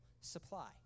supply